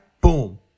Boom